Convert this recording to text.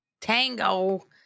Tango